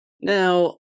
Now